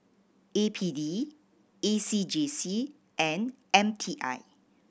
A P D A C J C and M T I